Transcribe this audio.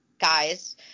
guys